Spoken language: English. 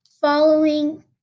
following